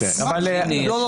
לא.